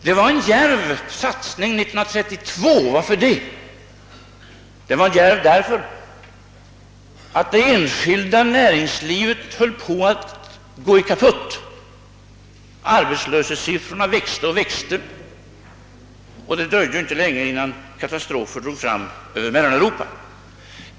Det var en djärv satsning 1932 — djärv därför att det enskilda näringslivet höll på att gå kaputt. Ar betslöshetssiffrorna växte och växte, och det dröjde inte länge innan katastrofer drog fram över Mellaneuropa.